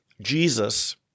Jesus